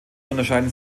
unterschieden